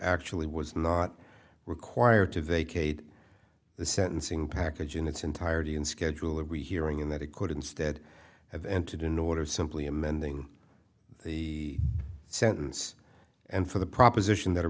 actually was not required to vacate the sentencing package in its entirety and schedule a rehearing in that it could instead have entered in order simply amending the sentence and for the proposition that a